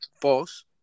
false